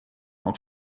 auch